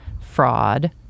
fraud